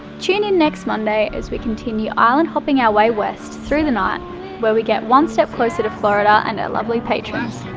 tune in next monday as we continue island-hopping our way west through the night where we get one step closer to florida and a lovely patrons